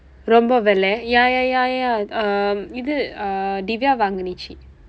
ரொம்ப விலை:rompa vilai ya ya ya ya um இது:ithu uh diviya வாங்கியது:vaangkiyathu